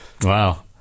Wow